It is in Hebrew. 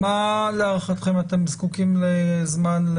מה להערכתכם אתם זקוקים לזמן?